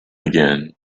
again